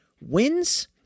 wins